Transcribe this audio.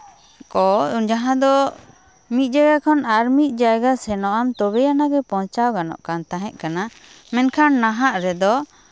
ᱠᱚ ᱡᱟᱦᱟᱸ ᱫᱚ ᱢᱤᱫ ᱡᱟᱭᱜᱟ ᱠᱷᱚᱱ ᱟᱨ ᱢᱤᱫ ᱡᱟᱭᱜᱟ ᱥᱮᱱᱚᱜ ᱟᱢ ᱛᱚᱵᱮ ᱟᱱᱟᱜ ᱜᱮ ᱯᱳᱣᱪᱷᱟᱣ ᱜᱟᱱᱚᱜ ᱠᱟᱱ ᱛᱟᱦᱮᱸᱜ ᱠᱟᱱᱟ ᱢᱮᱱᱠᱷᱟᱱ ᱱᱟᱦᱟᱜ ᱨᱮᱫᱚ